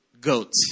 GOAT